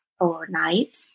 overnight